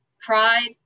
Pride